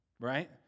right